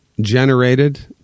generated